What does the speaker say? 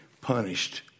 punished